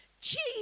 Jesus